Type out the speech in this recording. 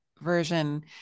version